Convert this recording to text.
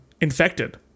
infected